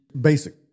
Basic